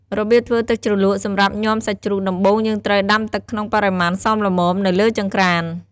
របៀបធ្វើទឹកជ្រលក់សម្រាប់ញាំសាច់ជ្រូកដំបូងយើងត្រូវដាំទឺកក្នុងបរិមាណសមល្មមនៅលើចង្ក្រាន។